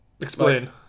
explain